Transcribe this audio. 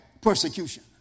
persecution